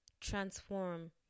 transform